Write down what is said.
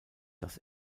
dass